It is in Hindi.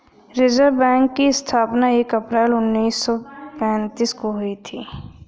रिज़र्व बैक की स्थापना एक अप्रैल उन्नीस सौ पेंतीस को हुई थी